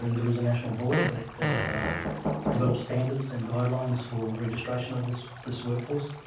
and there is a national board that that develops standards and guidelines for registration of this this workforce.